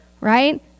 right